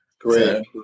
Great